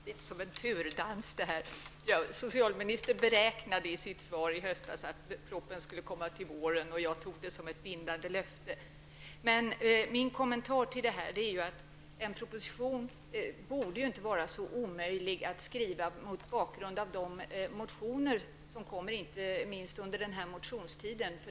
Herr talman! Det här blir ju som en turdans! Socialministern beräknade i sitt svar i höstas att propositionen skulle komma till våren, och jag tog det som ett bindande löfte. Min kommentar till det här är att en proposition inte borde vara så omöjlig att skriva mot bakgrund av de motioner som väckts inte minst under den allmänna motionstiden.